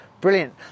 brilliant